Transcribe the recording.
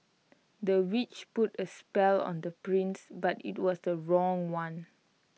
the witch put A spell on the prince but IT was the wrong one